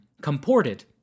comported